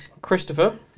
Christopher